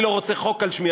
אני לא רוצה על שמי,